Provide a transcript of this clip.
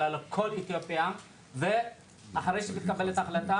אלא לכל אתיופיה ואחרי שנקבל את ההחלטה,